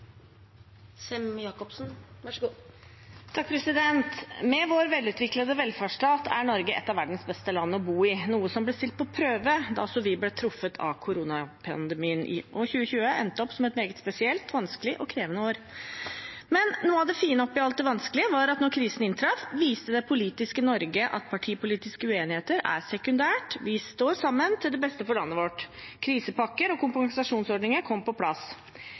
Norge et av verdens beste land å bo i, noe som ble stilt på prøve da også vi ble truffet av koronapandemien, og 2020 endte opp som et meget spesielt, vanskelig og krevende år. Men noe av det fine oppe i alt det vanskelige, var at da krisen inntraff, viste det politiske Norge at partipolitiske uenigheter er sekundært, at vi står sammen til beste for landet vårt. Krisepakker og kompensasjonsordninger kom på plass.